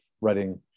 writing